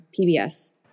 PBS